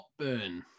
Hotburn